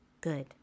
good